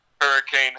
Hurricane